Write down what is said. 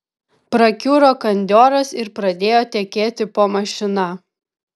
prakiuro kandioras ir pradėjo tekėti po mašina